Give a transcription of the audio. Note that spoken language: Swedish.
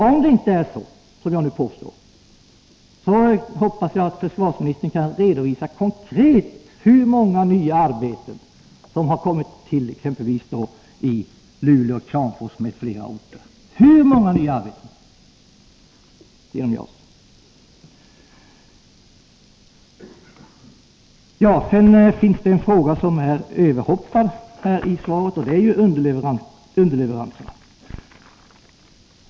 Om det inte är så som jag nu påstår, hoppas jag att försvarsministern konkret redovisar hur många nya arbeten som kommit till genom JAS, exempelvis i Luleå, Kramfors m.fl. orter. Hur många nya arbeten har det blivit genom JAS? En fråga är överhoppad i svaret, och det är den om underleveranser.